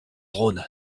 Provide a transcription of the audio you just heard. drone